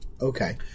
Okay